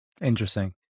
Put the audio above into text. Interesting